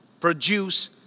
produce